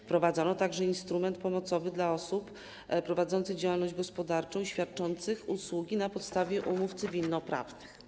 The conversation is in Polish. Wprowadzono również instrument pomocowy dla osób prowadzących działalność gospodarczą i świadczących usługi na podstawie umów cywilnoprawnych.